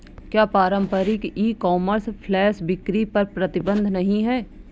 क्या पारंपरिक e commerce flash बिक्री पर प्रतिबंध नहीं है?